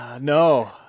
No